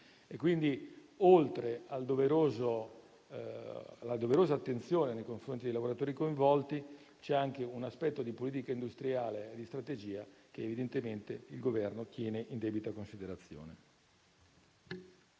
Pertanto, oltre alla doverosa attenzione nei confronti dei lavoratori coinvolti, c'è anche un aspetto di politica industriale e di strategia che evidentemente il Governo tiene in debita considerazione.